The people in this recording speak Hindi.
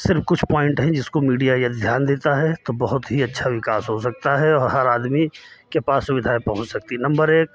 सिर्फ कुछ पॉइंट है जिसको मीडिया यदि ध्यान देता है तो बहुत ही अच्छा विकास हो सकता है और हर आदमी के पास सुविधाएं पहुँच सकती है नंबर एक